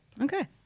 Okay